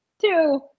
Two